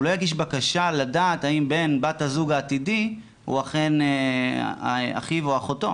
הוא לא יגיש בקשה האם בן/בת הזוג העתידי הוא אכן אחיו או אחותו.